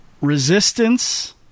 Resistance